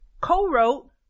co-wrote